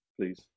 please